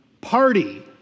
party